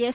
S